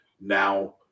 now